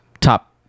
top